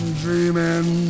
dreaming